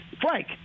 Frank